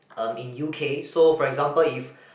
um in U_K so for example if